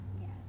yes